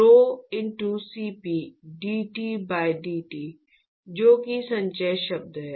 rhoCp dT by dt जो कि संचय शब्द है